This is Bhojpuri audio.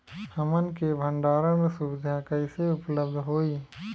हमन के भंडारण सुविधा कइसे उपलब्ध होई?